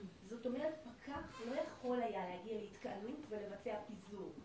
זאת אומרת פקח לא יכול היה להגיע להתקהלות ולבצע פיזור,